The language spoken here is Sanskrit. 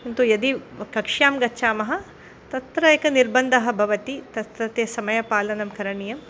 किन्तु यदि कक्ष्यां गच्छामः तत्र एकः निर्बन्धः भवति तत्रत्य समयं पालनकरणीयम्